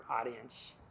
audience